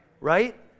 Right